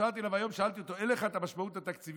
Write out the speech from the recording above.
התקשרתי אליו היום ושאלתי אותו: אין לך את המשמעות התקציבית,